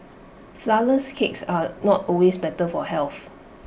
Flourless Cakes are not always better for health